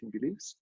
beliefs